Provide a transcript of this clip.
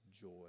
joy